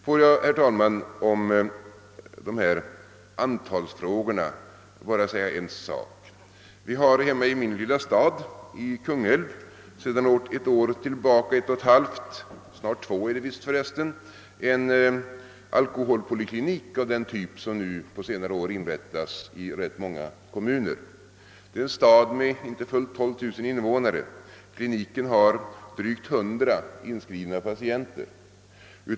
Får jag, herr talman, om dessa antalsfrågor bara säga en sak. Vi har i min lilla hemstad Kungälv under snart två år haft en alkoholpoliklinik av den typ som på senare år inrättats i ganska många kommuner. Kungälv har inte fullt 12 000 invånare, och på kliniken finns drygt 100 inskrivna patienter.